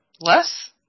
Less